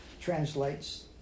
translates